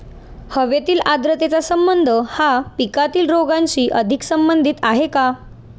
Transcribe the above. हवेतील आर्द्रतेचा संबंध हा पिकातील रोगांशी अधिक संबंधित आहे का?